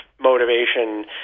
motivation